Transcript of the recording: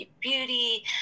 beauty